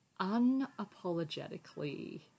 unapologetically